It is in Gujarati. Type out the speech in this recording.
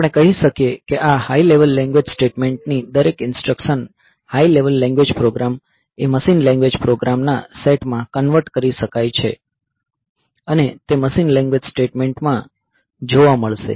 આપણે કહી શકીએ કે આ હાઈ લેવલ લેન્ગવેજ સ્ટેટમેંટ ની દરેક instruction high level language program એ મશીન લેન્ગવેજ પ્રોગ્રામ ના સેટમાં કન્વર્ટ કરી શકાય છે અને તે મશીન લેન્ગવેજ સ્ટેટમેંટમાં જોવા મળશે